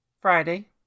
Friday